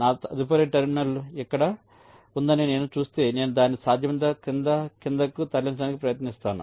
నా తదుపరి టెర్మినల్ ఇక్కడ ఉందని నేను చూస్తే నేను దానిని సాధ్యమైనంత క్రింద క్రిందకు తరలించడానికి ప్రయత్నిస్తాను